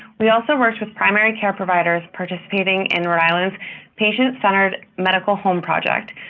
we also worked with primary care providers participating in rhode island's patient-centered medical home project,